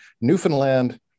Newfoundland